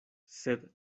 sed